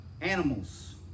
animals